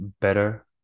better